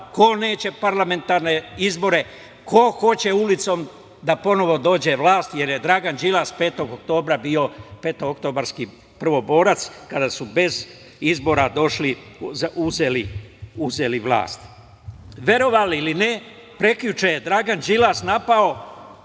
ko neće parlamentarne izbore, ko hoće ulicom da ponovo dođe na vlast, jer je Dragan Đilas 5. oktobra bio petooktobarski prvoborac kada su bez izbora uzeli vlast. Verovali ili ne, prekjuče je Dragan Đilas napao